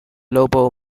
lobo